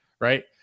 Right